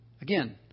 Again